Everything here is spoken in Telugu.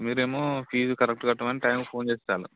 మీరేమో ఫీజు కరెక్ట్ కట్టమని టైంకు ఫోన్ చేస్తారు